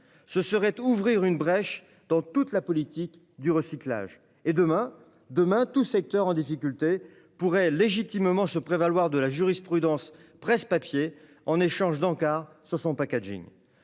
Ce serait ouvrir une brèche dans toute la politique du recyclage. Demain, tout secteur en difficulté pourrait légitimement se prévaloir de la jurisprudence « presse papier » en échange d'encarts sur son.